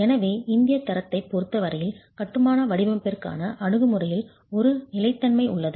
எனவே இந்தியத் தரத்தைப் பொறுத்த வரையில் கட்டுமான வடிவமைப்பிற்கான அணுகுமுறையில் ஒரு நிலைத்தன்மை உள்ளது